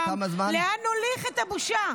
לאן נוליך את הבושה?